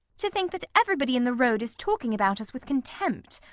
to think that everybody in the road is talking about us with contempt!